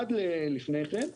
עד לפני כן,